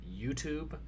youtube